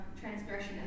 transgression